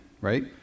right